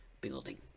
building